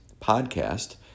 podcast